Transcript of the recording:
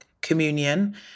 communion